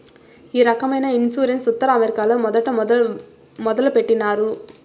ఈ రకమైన ఇన్సూరెన్స్ ఉత్తర అమెరికాలో మొదట మొదలుపెట్టినారు